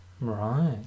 Right